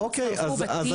שרפו בתים,